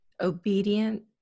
obedient